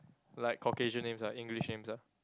like Caucasian names ah English names ah